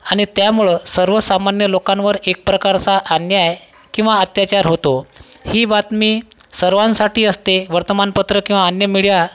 आणि त्यामुळं सर्वसामान्य लोकांवर एक प्रकारचा अन्याय किंवा अत्याचार होतो ही बातमी सर्वांसाठी असते वर्तमानपत्र किंवा अन्य मीडिया